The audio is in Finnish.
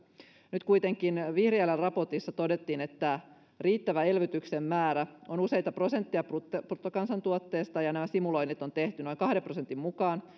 nyt kuitenkin vihriälän raportissa todettiin että riittävä elvytyksen määrä on useita prosentteja bruttokansantuotteesta ja nämä simuloinnit on tehty noin kahden prosentin mukaan